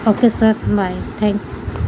okay sir bye thank